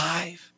Five